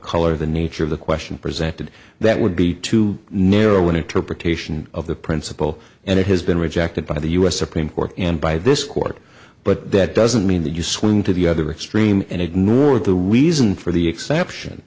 color the nature of the question presented that would be too narrow an interpretation of the principle and it has been rejected by the u s supreme court and by this court but that doesn't mean that you swing to the other extreme and ignore the reason for the exception